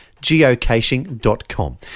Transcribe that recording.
geocaching.com